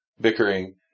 bickering